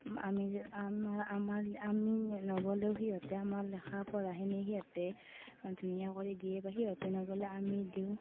আমি যদি আমাৰ আমাৰ আমি নগ'লেও সিহঁতে আমাৰ লেখা পঢ়াখিনি সিহঁতে ধুনীয়া কৰি দিয়ে বা সিহঁত নগ'লেও আমি দিওঁ